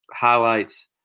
highlights